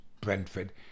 Brentford